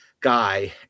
guy